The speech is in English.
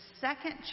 second